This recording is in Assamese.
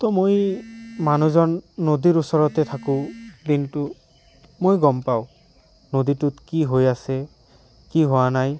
ত' মই মানুহজন নদীৰ ওচৰতে থাকোঁ দিনটো মই গম পাওঁ নদীটোত কি হৈ আছে কি হোৱা নাই